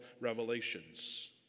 revelations